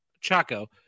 Chaco